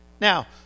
Now